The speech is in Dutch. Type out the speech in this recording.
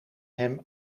hem